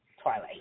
Twilight